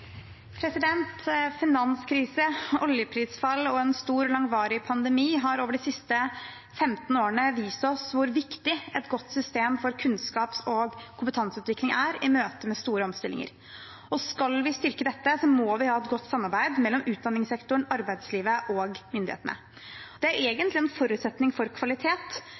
Finanskrise, oljeprisfall og en stor, langvarig pandemi har over de siste 15 årene vist oss hvor viktig et godt system for kunnskap og kompetanseutvikling er i møte med store omstillinger. Skal vi styrke dette, må vi ha et godt samarbeid mellom utdanningssektoren, arbeidslivet og myndighetene. Det er egentlig en forutsetning for kvalitet